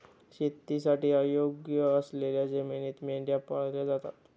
शेतीसाठी अयोग्य असलेल्या जमिनीत मेंढ्या पाळल्या जातात